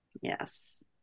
Yes